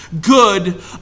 good